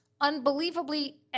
unbelievably